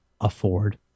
afford